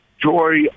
joy